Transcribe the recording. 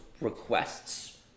requests